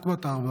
רק בת ארבע,